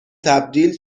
تبدیل